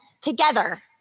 together